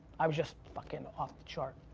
i was just fuckin' off the chart.